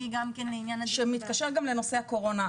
שמתקשר גם לנושא הקורונה.